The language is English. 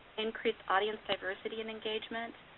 increased audience diversity and engagement,